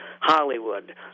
Hollywood